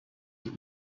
that